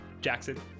Jackson